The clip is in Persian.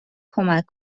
کمک